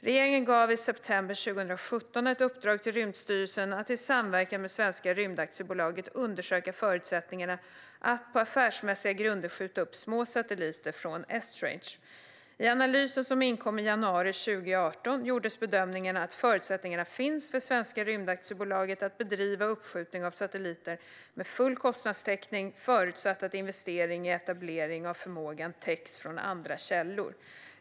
Regeringen gav i september 2017 ett uppdrag till Rymdstyrelsen att i samverkan med Svenska rymdaktiebolaget undersöka förutsättningarna att på affärsmässiga grunder skjuta upp små satelliter från Esrange. I analysen som inkom i januari 2018 gjordes bedömningen att förutsättningar finns för Svenska rymdaktiebolaget att bedriva uppskjutning av satelliter med full kostnadstäckning förutsatt att investering i etablering av förmågan täcks från andra källor.